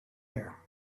there